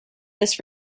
this